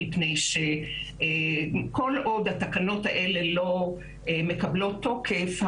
מפני שכל עוד התקנות האלה לא מקבלות תוקף,